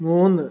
മൂന്ന്